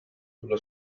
sullo